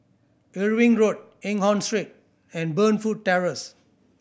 Irving Road Eng Hoon Street and Burnfoot Terrace